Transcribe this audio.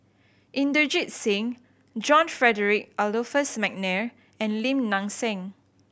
Inderjit Singh John Frederick Adolphus McNair and Lim Nang Seng